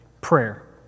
prayer